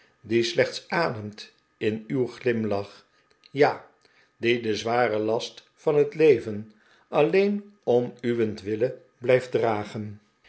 die slechts ademt in uw glimlach ja die den zwaren last van het leven alleen om uwentwille blijft dragen